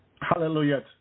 Hallelujah